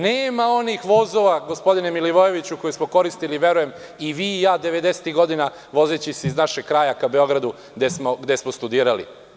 Nema onih vozova, gospodine Milivojeviću, koji smo koristili verujem i vi i ja 90-ih godina, vozeći se iz našeg kraja ka Beogradu gde smo studirali.